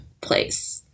place